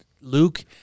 Luke